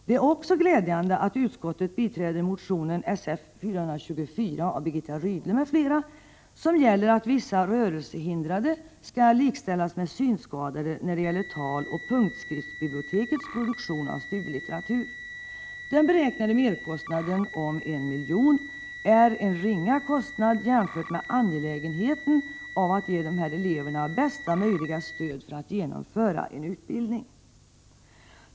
Det är också glädjande att utskottet biträder motion Sf424 av Birgitta Rydle m.fl. med förslag att vissa rörelsehindrade skall likställas med synskadade när det gäller taloch punktskriftsbibliotekets produktion av studielitteratur. Den beräknade merkostnaden på 1 milj.kr. är en ringa kostnad jämfört med angelägenheten av att ge dessa elever bästa möjliga stöd för att genomföra en utbildning.